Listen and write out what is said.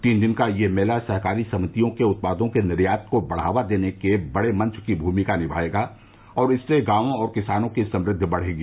तीन दिन का यह मेला सहकारी समितियों के उत्पादों के निर्यात को बढ़ावा देने के बड़े मंच की भूमिका निभाएगा और इससे गांवों और किसानों की समृद्धि बढ़ेगी